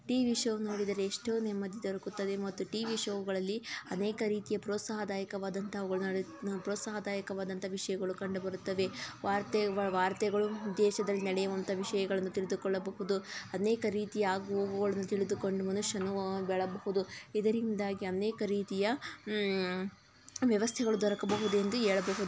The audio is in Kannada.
ಟಿವಿ ಶೋ ನೋಡಿದರೆ ಎಷ್ಟೋ ನೆಮ್ಮದಿ ದೊರಕುತ್ತದೆ ಮತ್ತು ಟಿವಿ ಶೋಗಳಲ್ಲಿ ಅನೇಕ ರೀತಿಯ ಪ್ರೋತ್ಸಾಹದಾಯಕವಾದಂತಹ ಒಳ್ಳೊಳ್ಳೆ ಪ್ರೋತ್ಸಾಹದಾಯಕವಾದಂಥ ವಿಷಯಗಳು ಕಂಡು ಬರುತ್ತವೆ ವಾರ್ತೆ ವಾರ್ತೆಗಳು ದೇಶದಲ್ಲಿ ನಡೆಯುವಂಥ ವಿಷಯಗಳನ್ನು ತಿಳಿದುಕೊಳ್ಳಬಹುದು ಅನೇಕ ರೀತಿಯ ಆಗು ಹೋಗುಗಳನ್ನು ತಿಳಿದುಕೊಂಡು ಮನುಷ್ಯನು ಬಾಳಬಹುದು ಇದರಿಂದಾಗಿ ಅನೇಕ ರೀತಿಯ ವ್ಯವಸ್ಥೆಗಳು ದೊರಕಬಹುದೆಂದು ಹೇಳಬಹುದು